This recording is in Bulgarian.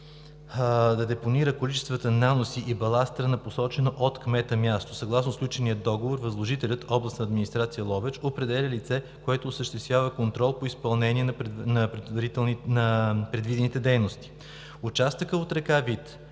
да депонира количествата наноси и баластра на посочено от кмета място. Съгласно сключения договор възложителят Областна администрация – Ловеч, определя лице, което осъществява контрол по изпълнение на предвидените дейности. Участъкът от река Вит,